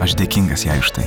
aš dėkingas jai štai